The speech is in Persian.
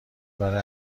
برای